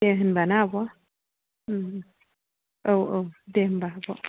दे होनबा ना आब' उम उम औ औ दे होमबा आब'